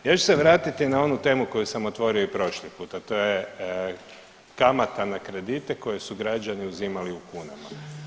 Ja ću se vratiti na onu temu koju sam otvorio i prošli puta, a to je kamata na kredite koje su građani uzimali u kunama.